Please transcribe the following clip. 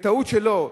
בטעות שלו,